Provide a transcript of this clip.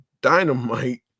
dynamite